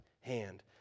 hand